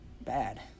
bad